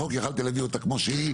יכולתי להביא את הצעת החוק כמו שהיא,